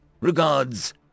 Regards